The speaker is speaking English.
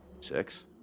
Six